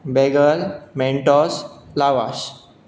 Bengal Mentos lavash